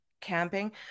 camping